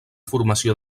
formació